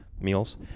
meals